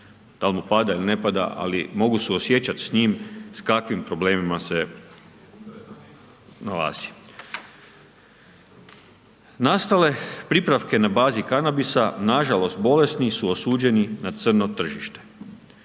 Dal' mu pada ili ne pada, ali mogu suosjećat s njim s kakvim problemima se nalazi. Nastale pripravke na bazi kanabisa, nažalost, bolesni su osuđeni na crno tržište.